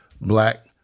black